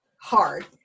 hard